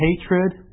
hatred